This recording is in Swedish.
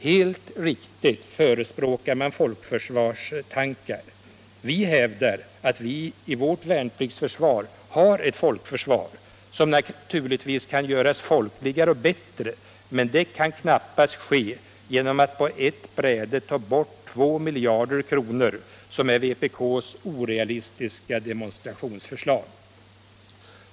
Helt riktigt förespråkar man folkförsvarstanken: Vi hävdar att Sverige i värnpliktsförsvaret har ett folkförsvar, som naturligtvis kan göras folkligare och bättre, men det kan knappast ske genom att på ett bräde ta bort 2 miljarder kronor, som är vpk:s orealistiska demonstrationsförslag.